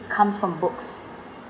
comes from books